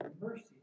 mercy